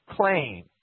claim